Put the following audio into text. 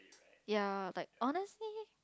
ya but honestly